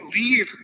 leave